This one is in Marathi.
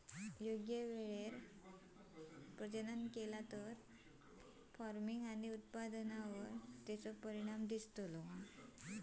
योग्य वेळेवर प्रजनन केला तर फार्मिग आणि उत्पादनावर तेचो परिणाम दिसता